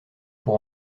pour